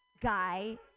guy